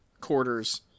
quarters